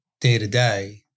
day-to-day